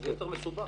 זה יותר מסובך.